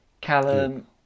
Callum